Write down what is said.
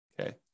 Okay